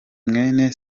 mwene